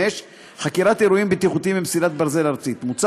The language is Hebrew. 5. חקירת אירועים בטיחותיים במסילת ברזל ארצית: מוצע